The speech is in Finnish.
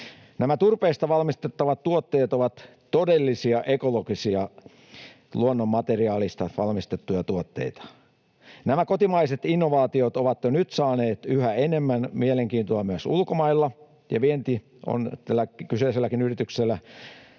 Nämä turpeesta valmistettavat tuotteet ovat todellisia ekologisia luonnonmateriaalista valmistettuja tuotteita. Nämä kotimaiset innovaatiot ovat jo nyt saaneet yhä enemmän mielenkiintoa myös ulkomailla, ja vienti on tällä kyseiselläkin yrityksellä